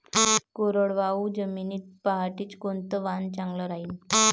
कोरडवाहू जमीनीत पऱ्हाटीचं कोनतं वान चांगलं रायीन?